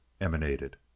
emanated